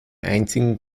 einzigen